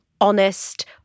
honest